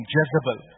Jezebel